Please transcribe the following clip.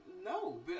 no